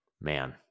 man